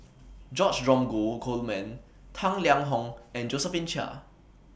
George Dromgold Coleman Tang Liang Hong and Josephine Chia